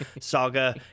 Saga